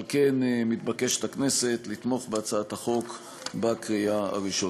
על כן מתבקשת הכנסת לתמוך בהצעת החוק בקריאה הראשונה.